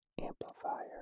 amplifier